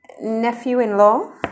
nephew-in-law